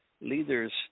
leaders